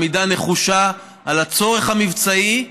על עמידה נחושה על הצורך המבצעי,